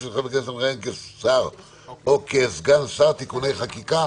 של חבר הכנסת המכהן כשר או כסגן שר (תיקוני חקיקה).